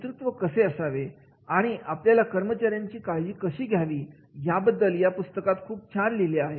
नेतृत्व कसे असावे आणि आपल्या कर्मचाऱ्यांची काळजी कशी घ्यावी याबद्दल या पुस्तकात खूप छान लिहिले आहे